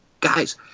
guys